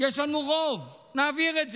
יש לנו רוב, נעביר את זה.